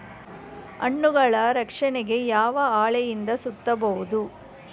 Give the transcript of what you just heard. ಹಣ್ಣುಗಳ ರಕ್ಷಣೆಗೆ ಯಾವ ಹಾಳೆಯಿಂದ ಸುತ್ತಬಹುದು?